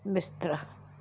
बिस्तरा